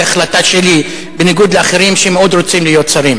החלטה שלי בניגוד לאחרים שמאוד רוצים להיות שרים.